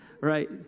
right